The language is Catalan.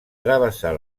travessar